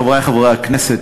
חברי חברי הכנסת,